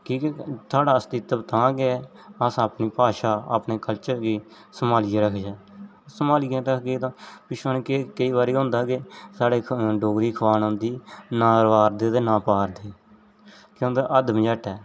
क्योंकि साढ़ा अस्तित्व तां गै अस अपनी भाशा अपने कल्चर गी सम्हालियै रखचै सम्हालियै रखगे तां पिच्छुआं केह् केईं बारी होंदा ऐ की साढ़े इ'त्थें डोगरी च खोआन औंदी ना रोआर दे ते ना पार दे केह् होन्दा अद्ध मझाटै